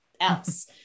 else